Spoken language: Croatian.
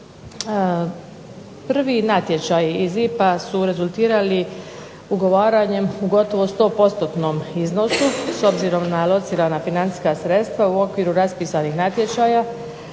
Prvi natječaji iz IPA-a su rezultirali ugovaranjem u gotovo sto postotnom iznosu s obzirom na locirana financijska sredstva u okviru raspisanih natječaja.